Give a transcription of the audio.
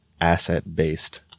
asset-based